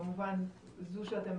כמובן זו שאתם